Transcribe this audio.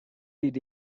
did